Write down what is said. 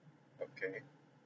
okay